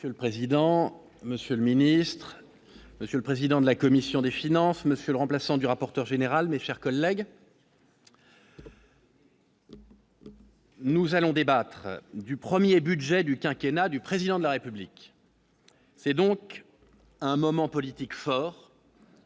Monsieur le président, Monsieur le Ministre, Monsieur le président de la commission des finances Monsieur le remplaçant du rapporteur général, mes chers collègues. Nous allons débattre du 1er budget du quinquennat du président de la République, c'est donc un moment politique fort.